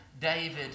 David